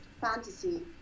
fantasy